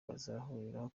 hazakurikiraho